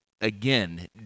again